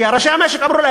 כי ראשי המשק אמרו,